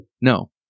no